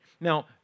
Now